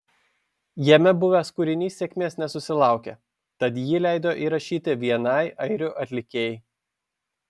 jame buvęs kūrinys sėkmės nesusilaukė tad jį leido įrašyti vienai airių atlikėjai